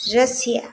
Russia